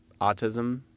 autism